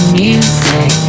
music